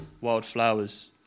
wildflowers